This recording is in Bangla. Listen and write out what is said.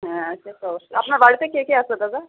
হ্যাঁ সে তো অবশ্যই আপনার বাড়িতে কে কে আছে দাদা